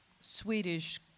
Swedish